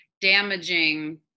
damaging